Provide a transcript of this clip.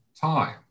time